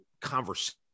conversation